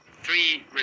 three